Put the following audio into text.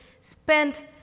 spent